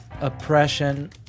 oppression